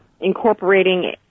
incorporating